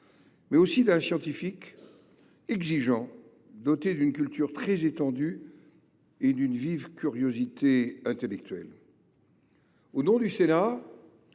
mais aussi d’un scientifique exigeant, doté d’une culture très étendue et d’une vive curiosité intellectuelle. Au nom du Sénat,